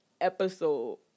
episode